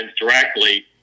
directly